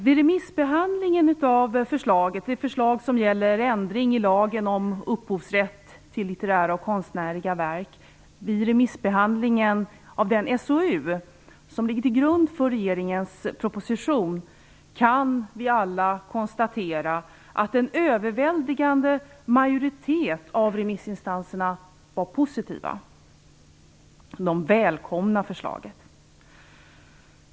Vid remissbehandlingen av den SOU som ligger till grund för regeringens proposition om ändring i lagen om upphovsrätt till litterära och konstnärliga verk kunde vi alla konstatera att en överväldigande majoritet av remissinstanserna var positiva. De välkomnade förslaget.